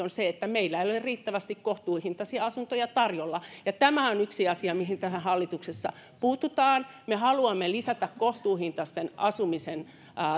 on että meillä ei ole riittävästi kohtuuhintaisia asuntoja tarjolla ja tämä on yksi asia mihin hallituksessa puututaan me haluamme lisätä kohtuuhintaisen asumisen